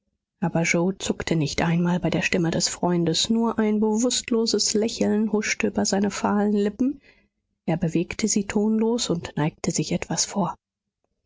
aber yoe zuckte nicht einmal bei der stimme des freundes nur ein bewußtloses lächeln huschte über seine fahlen lippen er bewegte sie tonlos und neigte sich etwas vor